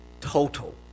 Total